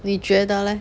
你觉得 leh